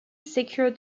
secured